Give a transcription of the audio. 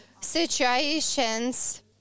situations